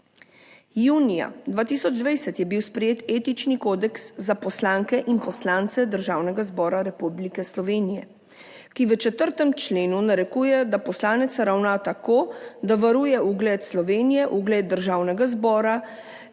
Junija 2020 je bil sprejet Etični kodeks za poslanke in poslance Državnega zbora Republike Slovenije, ki v 4. členu narekuje, da poslanec ravna tako, da varuje ugled Slovenije, ugled Državnega zbora